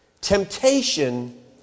temptation